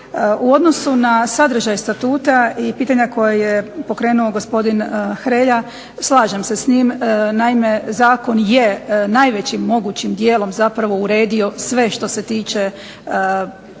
U odnosu na sadržaj Statuta i pitanja koja je pokrenuo gospodin Hrelja slažem se s njim, naime zakon je najvećim mogućim dijelom zapravo uredio sve što se tiče rada